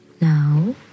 Now